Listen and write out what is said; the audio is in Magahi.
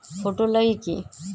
फोटो लगी कि?